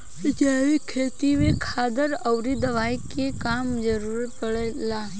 जैविक खेती में खादर अउरी दवाई के कम जरूरत पड़ेला